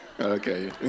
Okay